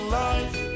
life